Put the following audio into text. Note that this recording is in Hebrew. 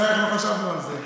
כבוד השרה, איך לא חשבנו על זה.